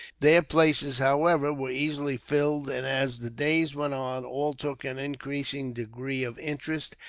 their places, however, were easily filled, and as the days went on, all took an increasing degree of interest,